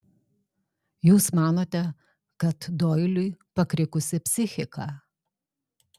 jūs manote kad doiliui pakrikusi psichika